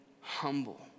humble